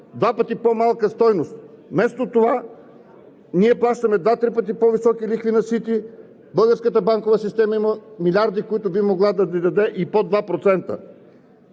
два пъти по-малка стойност. Вместо това, плащаме два-три пъти по-високи лихви на „Сити“, българската банкова система има милиарди, които би могла да даде, и под 2%.